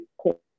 cool